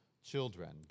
children